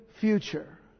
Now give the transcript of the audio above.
future